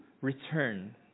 return